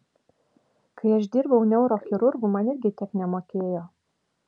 kai aš dirbau neurochirurgu man irgi tiek nemokėjo